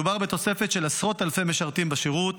מדובר בתוספת של עשרות אלפי משרתים בשירות